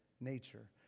nature